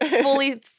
fully